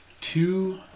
two